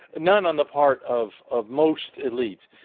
none on the part of of most elites.